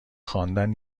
خواندن